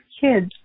kids